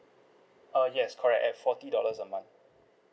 uh yes correct at forty dollars a month